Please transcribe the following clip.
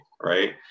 right